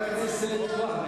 חבר הכנסת והבה,